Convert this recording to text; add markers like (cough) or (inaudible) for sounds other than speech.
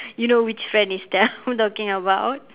you know which friend is that (laughs) I'm talking about